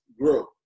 grow